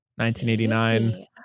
1989